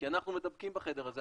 כי אנחנו מדבקים בחדר הזה.